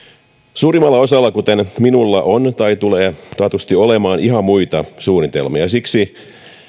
suurimmalla osalla kuten minulla on tai tulee taatusti olemaan ihan muita suunnitelmia ja siksi